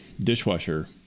dishwasher